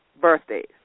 birthdays